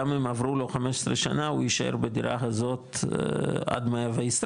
גם אם עברו לו 15 שנה הוא יישאר בדירה הזאת עד 120,